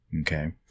Okay